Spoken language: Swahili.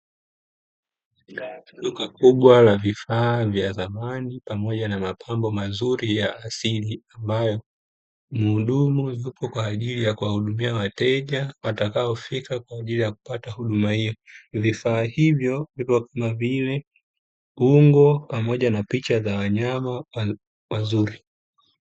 Duka kubwa la vifaa vya zamani pamoja na mapambo mazuri ya asilia ambayo muhudumu yupo kwa ajili ya kuwahudumia wateja wataofika kwa ajili ya kupata huduma hiyo . Vifaa hivyo vipo kama vile ungo pamoja na picha za wanyama wazuri